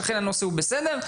שאכן הנושא הוא בסדר.